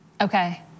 Okay